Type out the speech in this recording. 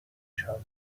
چالوس